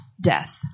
death